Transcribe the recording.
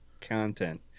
content